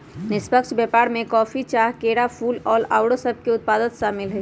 निष्पक्ष व्यापार में कॉफी, चाह, केरा, फूल, फल आउरो सभके उत्पाद सामिल हइ